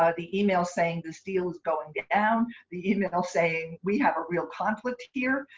ah the email saying, this deal is going down. the email saying, we have a real conflict here.